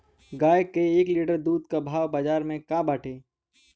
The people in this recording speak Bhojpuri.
गाय के एक लीटर दूध के भाव बाजार में का बाटे?